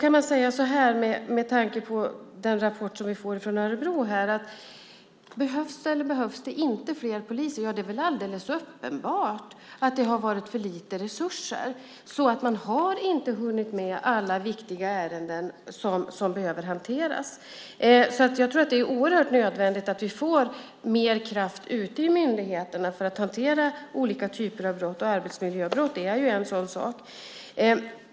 Med tanke på den rapport som vi får från Örebro kan man fråga: Behövs det eller behövs det inte fler poliser? Det är väl alldeles uppenbart att det har varit för lite resurser. Man har inte hunnit med alla viktiga ärenden som behöver hanteras. Jag tror att det är helt nödvändigt att vi får mer kraft ute i myndigheterna för att hantera olika typer av brott. Arbetsmiljöbrott är en sådan sak.